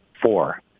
four